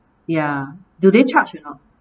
ya do they charge or not